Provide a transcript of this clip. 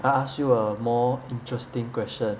I ask you a more interesting question